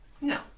No